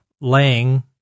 laying